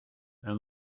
and